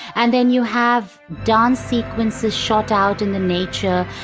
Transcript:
and then you have dance sequences shot out in the nature,